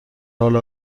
حال